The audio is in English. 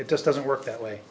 it just doesn't work that way